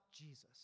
Jesus